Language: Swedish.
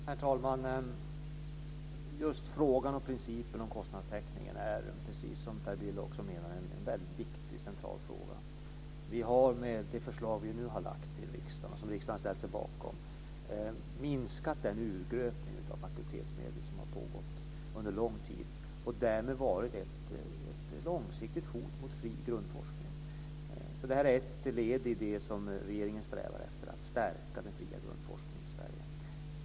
Herr talman! Just frågan om principen om kostnadstäckningen är, precis som också Per Bill menar, en viktig central fråga. Vi har med det förslag som vi har lagt fram till riksdagen och som riksdagen har ställt sig bakom, minskat den urgröpning av fakultetsmedel som har pågått under lång tid och därmed varit ett långsiktigt hot mot fri grundforskning. Detta är ett led i regeringens strävan efter att stärka den fria grundforskningen i Sverige.